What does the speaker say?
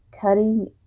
cutting